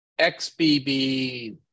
xbb